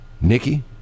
Nikki